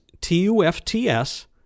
T-U-F-T-S